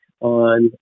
on